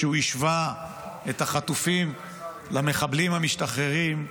כשהוא השווה את החטופים למחבלים המשתחררים,